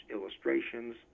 illustrations